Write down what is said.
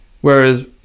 whereas